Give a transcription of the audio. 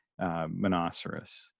Monoceros